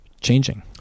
changing